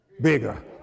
bigger